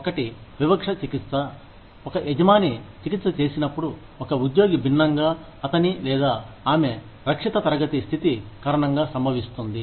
1 వివక్త చికిత్స ఒక యజమాని చికిత్స చేసినప్పుడు ఒక ఉద్యోగి భిన్నంగా అతని లేదా ఆమె రక్షిత తరగతి స్థితి కారణంగా సంభవిస్తుంది